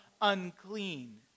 unclean